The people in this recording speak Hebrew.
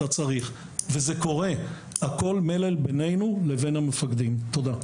הכול על בסיס שיח ביננו לבין המפקדים, תודה.